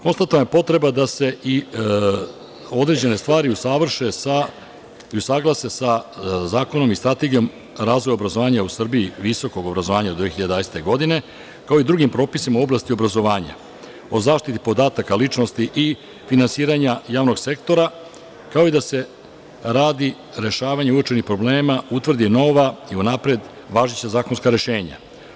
Konstatovana je potreba da se i određene stvari usavrše i usaglase sa zakonom i strategijom razvoja obrazovanja u Srbiji visokog obrazovanja u 2011. godini, kao i drugim propisima u oblasti obrazovanja, o zaštiti podataka ličnosti i finansiranja javnog sektora, kao i da se radi rešavanja uočenih problema utvrdi nova i unapred važeća zakonska rešenja.